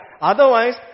Otherwise